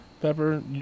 pepper